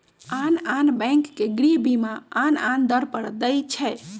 आन आन बैंक गृह बीमा आन आन दर पर दइ छै